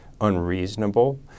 unreasonable